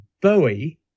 Bowie